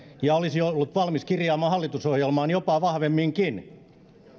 ja olisi ollut valmis kirjaamaan hallitusohjelmaan jopa vahvemminkin